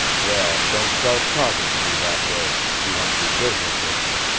well, don't start talkin' to me that way, if you want to do business with me.